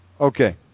Okay